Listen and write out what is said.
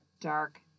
dark